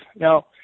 Now